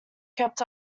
kept